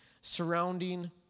surrounding